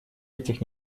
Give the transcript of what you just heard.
этих